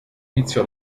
iniziò